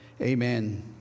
Amen